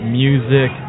music